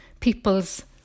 people's